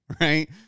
right